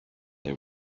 they